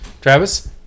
Travis